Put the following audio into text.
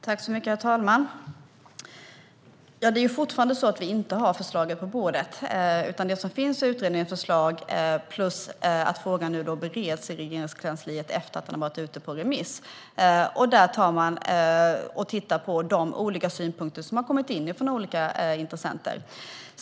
Herr talman! Det är fortfarande så att vi inte har förslaget på bordet. Det som finns är utredningens förslag plus att frågan nu bereds i Regeringskansliet efter att den har varit ute på remiss. Där tar man och tittar på de olika synpunkter som har kommit in från olika intressenter.